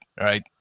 right